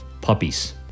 puppies